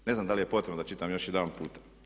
Ne znam da li je potrebno da čitam još jedanputa.